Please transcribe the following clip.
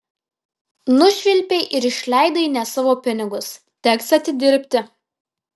nušvilpei ir išleidai ne savo pinigus teks atidirbti